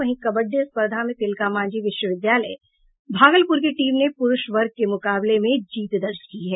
वहीं कबड्डी स्पर्धा में तिलका मांझी विश्वविद्यालय भागलपुर की टीम ने पुरूष वर्ग के मुकाबले में जीत दर्ज की है